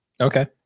Okay